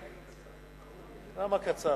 למה קצר?